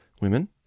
women